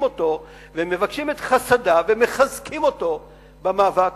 אותו ומבקשים את חסדיו ומחזקים אותו במאבק.